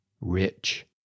Rich